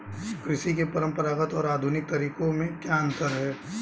कृषि के परंपरागत और आधुनिक तरीकों में क्या अंतर है?